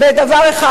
זה דבר אחד.